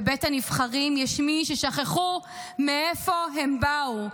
בבית הנבחרים יש שמי ששכחו מאיפה הם באו,